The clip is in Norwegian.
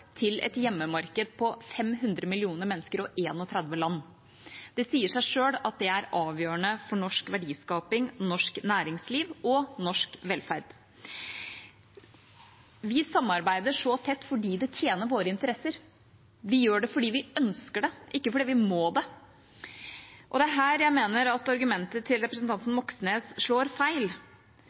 til et hjemmemarked på 500 millioner mennesker og 31 land. Det sier seg selv at det er avgjørende for norsk verdiskaping, norsk næringsliv og norsk velferd. Vi samarbeider så tett fordi det tjener våre interesser. Vi gjør det fordi vi ønsker det, ikke fordi vi må det. Det er her jeg mener at argumentet til representanten Moxnes slår feil.